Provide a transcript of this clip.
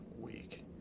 week